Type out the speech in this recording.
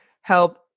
help